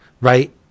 Right